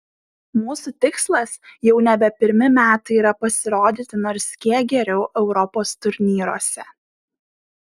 mūsų tikslas jau nebe pirmi metai yra pasirodyti nors kiek geriau europos turnyruose